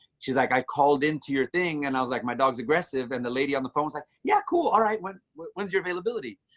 she's like, i called into your thing and i was like, my dog's aggressive. and the lady on the phone is like, yeah, cool. all right. when when is your availability?